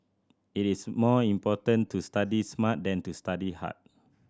it is more important to study smart than to study hard